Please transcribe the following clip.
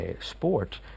sport